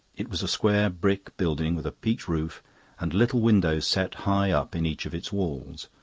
it was a square brick building with a peaked roof and little windows set high up in each of its walls.